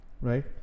right